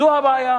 זאת הבעיה,